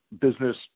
business